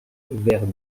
vers